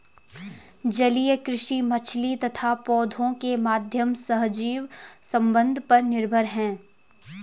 जलीय कृषि मछली तथा पौधों के माध्यम सहजीवी संबंध पर निर्भर है